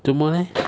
做么 leh